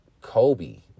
Kobe